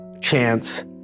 chance